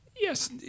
Yes